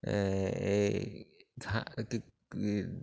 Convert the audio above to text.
এই